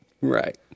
Right